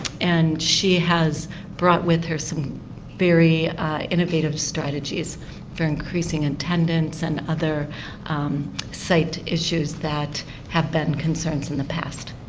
and she has brought with her some very innovative strategies for increasing attendance and other site issues that have been concerns in the past.